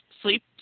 sleep